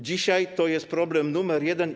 Dzisiaj to jest problem numer jeden.